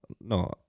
No